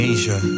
Asia